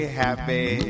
happy